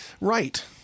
Right